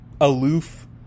aloof